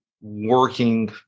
working